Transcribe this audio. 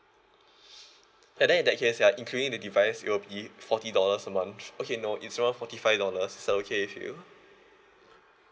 and then in that case ya including the device it will be forty dollars a month okay no it's around forty five dollars is that okay with you